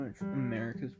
America's